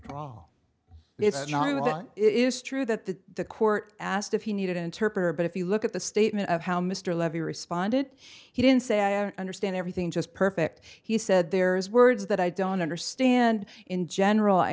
well it is true that the the court asked if he needed an interpreter but if you look at the statement of how mr levy responded he didn't say i understand everything just perfect he said there's words that i don't understand in general i